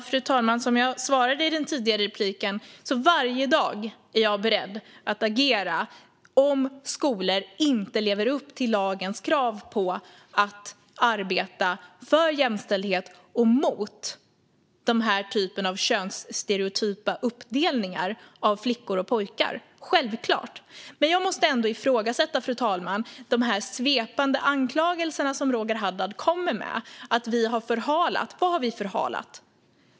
Fru talman! Som jag svarade i den tidigare repliken är jag varje dag beredd att agera om skolor inte lever upp till lagens krav på att arbeta för jämställdhet och mot den här typen av könsstereotypa uppdelningar av flickor och pojkar, självklart. Fru talman! Jag måste ändå ifrågasätta de svepande anklagelser som Roger Haddad kommer med om att vi har förhalat. Vad har vi förhalat?